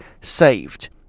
saved